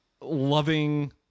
loving